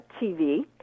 TV